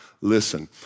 listen